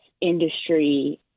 industry